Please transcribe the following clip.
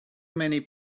many